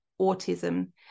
autism